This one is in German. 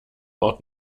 ort